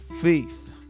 faith